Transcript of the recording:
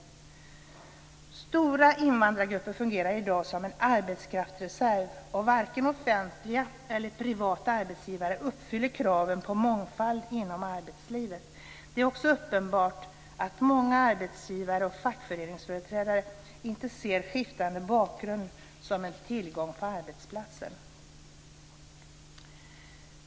Stora invandrargrupper fungerar i dag som en arbetskraftsreserv, och varken offentliga eller privata arbetsgivare uppfyller kraven på mångfald inom arbetslivet. Det är också uppenbart att många arbetsgivare och fackföreningsföreträdare inte ser skiftande bakgrund som en tillgång på arbetsplatsen.